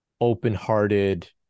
open-hearted